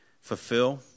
fulfill